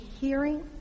hearing